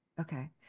Okay